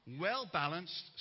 well-balanced